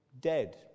Dead